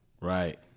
Right